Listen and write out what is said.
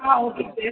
ah okay sir